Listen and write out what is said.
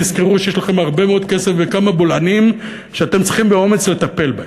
תזכרו שיש לכם הרבה מאוד כסף וכמה בולענים שאתם צריכים באומץ לטפל בהם.